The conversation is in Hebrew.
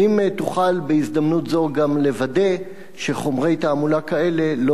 האם תוכל בהזדמנות זו גם לוודא שחומרי תעמולה כאלה לא